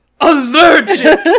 allergic